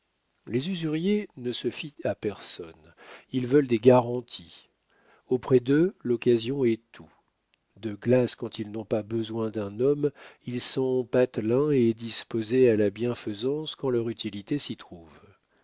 les usuriers ne se fient à personne ils veulent des garanties auprès d'eux l'occasion est tout de glace quand ils n'ont pas besoin d'un homme ils sont patelins et disposés à la bienfaisance quand leur utilité s'y trouve